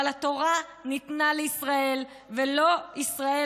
אבל התורה ניתנה לישראל ולא ישראל,